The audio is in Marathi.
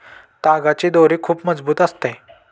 तागाची दोरी खूप मजबूत असते